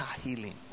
healing